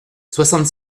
soixante